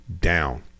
down